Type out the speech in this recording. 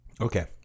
Okay